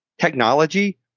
technology